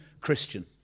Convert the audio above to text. Christian